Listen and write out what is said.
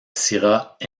syrah